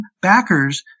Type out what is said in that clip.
backers